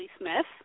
Smith